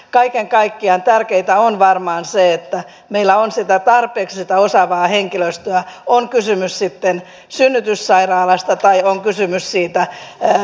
kaiken kaikkiaan tärkeintä on varmaan se että meillä on tarpeeksi sitä osaavaa henkilöstöä on kysymys sitten synnytyssairaalasta tai on kysymys siitä äitiysneuvolasta